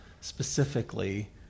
specifically